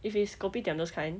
if it's kopitiam those kind